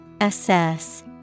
Assess